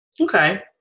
Okay